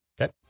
Okay